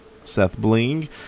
SethBling